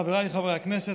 חבריי חברי הכנסת,